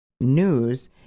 news